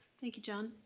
thank you john.